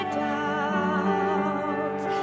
doubts